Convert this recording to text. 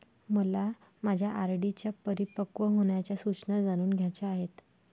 मला माझ्या आर.डी च्या परिपक्व होण्याच्या सूचना जाणून घ्यायच्या आहेत